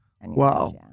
Wow